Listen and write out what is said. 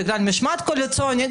בגלל משמעת קואליציונית.